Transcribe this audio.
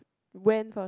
when first